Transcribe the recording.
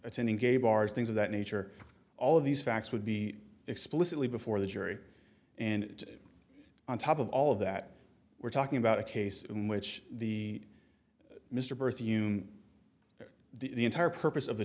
attending gay bars things of that nature all of these facts would be explicitly before the jury and on top of all of that we're talking about a case in which the mr berthiaume the entire purpose of the